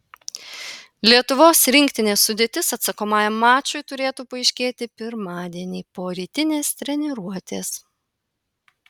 lietuvos rinktinės sudėtis atsakomajam mačui turėtų paaiškėti pirmadienį po rytinės treniruotės